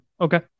Okay